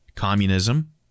communism